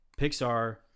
pixar